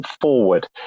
forward